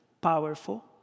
powerful